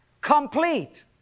complete